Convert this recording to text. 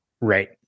Right